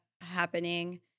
happening